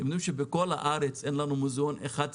אתם יודעים שבכל הארץ אין מוזאון כזה?